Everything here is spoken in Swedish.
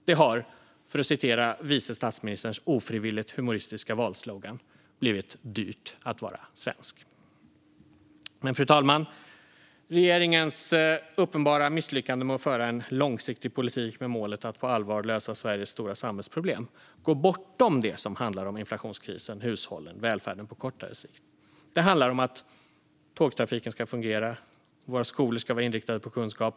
Det har, för att citera vice statsministerns ofrivilligt humoristiska valslogan, blivit "dyrt att vara svensk". Fru talman! Regeringens uppenbara misslyckade med att föra "en långsiktig politik, med målet att på allvar lösa Sveriges stora samhällsproblem" går bortom det som handlar om inflationskrisen, hushållen och välfärden på kortare sikt. Det handlar om att tågtrafiken ska fungera och om att våra skolor ska vara inriktade på kunskap.